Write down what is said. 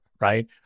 right